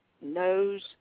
knows